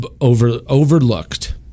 overlooked